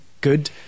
good